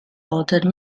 altered